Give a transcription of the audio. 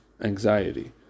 anxiety